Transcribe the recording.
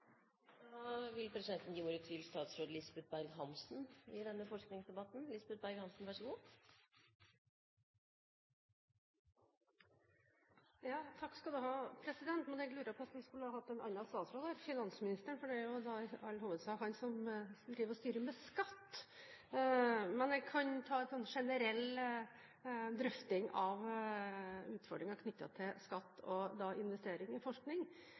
Da gir presidenten ordet til statsråd Lisbeth Berg-Hansen i denne forskningsdebatten. Takk skal du ha, president. Jeg lurer på om vi skulle hatt en annen statsråd her, finansministeren, for det er jo i all hovedsak han som styrer med skatt. Men jeg kan ta en generell drøfting av utfordringer knyttet til skatt og investering i forskning.